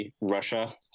russia